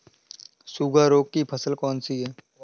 सूखा रोग की फसल कौन सी है?